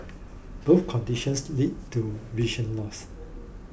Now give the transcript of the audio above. both conditions led to vision loss